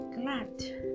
glad